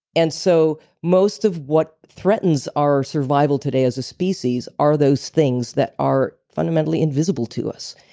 and so, most of what threatens our survival today as a species are those things that are fundamentally invisible to us.